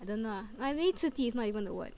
I don't know lah I mean 刺激 is not even a word